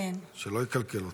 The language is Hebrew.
שר הפנים, שלא יקלקל אותך.